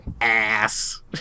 Ass